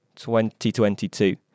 2022